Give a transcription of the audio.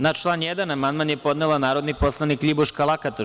Na član 1. amandman je podnela narodni poslanik LJibuška Lakatoš.